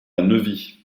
neuvy